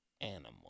Animal